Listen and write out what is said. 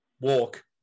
walk